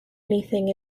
anything